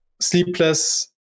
sleepless